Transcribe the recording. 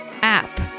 app